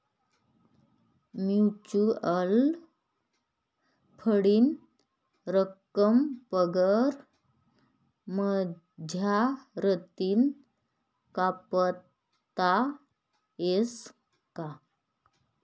Mutual फंडनी रक्कम पगार मझारतीन कापता येस का?